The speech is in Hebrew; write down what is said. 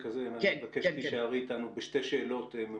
הזה ואני מבקש שתישארי אתנו בשתי שאלות ממוקדות.